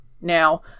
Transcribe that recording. Now